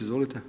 Izvolite.